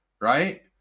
right